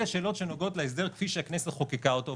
אלה שאלות שנוגעות להסדר כפי שהכנסת חוקקה אותו,